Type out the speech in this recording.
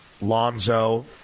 Lonzo